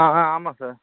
ஆ ஆ ஆமாம் சார்